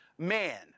man